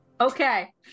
Okay